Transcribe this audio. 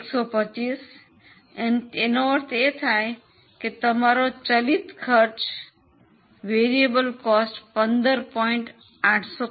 125 તેનો અર્થ એ કે તમારી ચલિત ખર્ચ 15